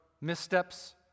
missteps